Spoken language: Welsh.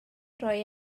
roi